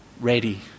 ready